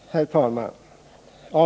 Herr talman!